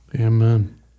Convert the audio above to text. Amen